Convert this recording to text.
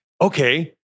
okay